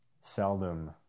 seldom